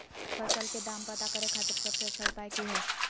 फसल के दाम पता करे खातिर सबसे अच्छा उपाय की हय?